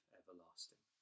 everlasting